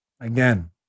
Again